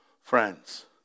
friends